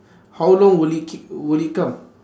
how long will it c~ will it come